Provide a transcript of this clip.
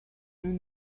nous